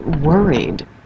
worried